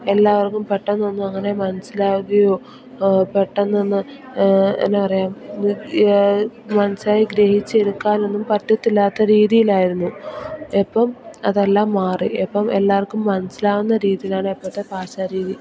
എല്ലാവർക്കും പെട്ടെന്നൊന്നും അങ്ങനെ മനസ്സിലാവുകയോ പെട്ടന്നൊന്ന് എന്നാ പറയുക മനസ്സിലായി ഗ്രഹിച്ചെടുക്കാനൊന്നും പറ്റത്തില്ലാത്ത രീതിയിലായിരുന്നു ഇപ്പം അതെല്ലാം മാറി ഇപ്പം എല്ലാവർക്കും മനസ്സിലാവുന്ന രീതിയിലാണ് ഇപ്പോഴത്തെ ഭാഷാരീതി